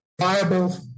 viable